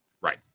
Right